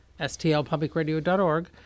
stlpublicradio.org